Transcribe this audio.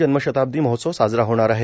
जन्मशताब्दी महोत्सव साजरा होणार आहे